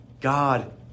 God